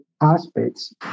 aspects